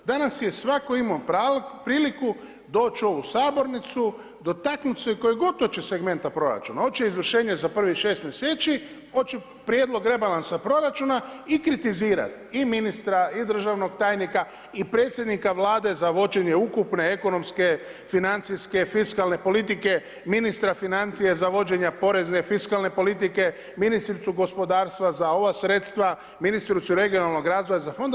Danas je svatko imao priliku doći u ovu sabornicu, dotaknuti se kojeg hoće segmenta proračuna, hoće izvršenje za prvih 6 mjeseci, hoće prijedlog rebalansa proračuna i kritizirati i ministra, i državnog tajnika, i predsjednika Vlade za vođenje ukupne ekonomske financijske, fiskalne politike, ministra financija za vođenje porezne fiskalne politike, ministricu gospodarstva za ova sredstva, ministricu regionalnog razvoja za fondove.